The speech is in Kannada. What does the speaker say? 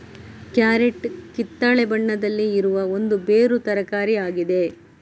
ಕ್ಯಾರೆಟ್ ಕಿತ್ತಳೆ ಬಣ್ಣದಲ್ಲಿ ಇರುವ ಒಂದು ಬೇರು ತರಕಾರಿ ಆಗಿದೆ